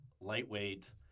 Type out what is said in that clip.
lightweight